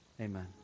Amen